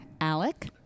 Alec